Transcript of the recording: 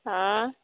आएँ